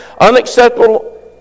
unacceptable